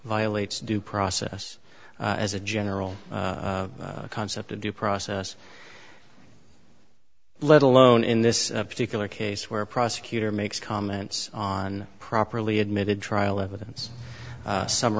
violates due process as a general concept of due process let alone in this particular case where a prosecutor makes comments on properly admitted trial evidence